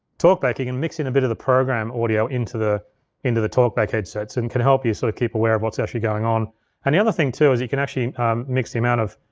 talkbacking, and mixing a bit of the program audio into the into the talkback headsets and can help you so you keep aware of what's actually going on. and the other thing too is you can actually mix the amount of,